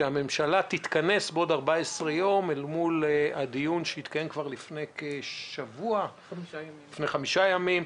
כך הממשלה תתכנס בעוד 14 יום אל מול הדיון שהתקיים כבר לפני חמישה ימים,